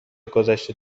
گدشته